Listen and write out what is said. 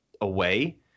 away